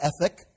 ethic